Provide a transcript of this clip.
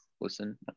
listen